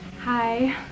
Hi